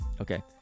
okay